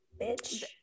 Bitch